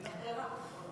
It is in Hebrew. אין לך ברירה.